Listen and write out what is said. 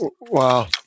Wow